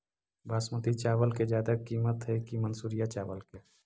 बासमती चावल के ज्यादा किमत है कि मनसुरिया चावल के?